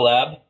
Lab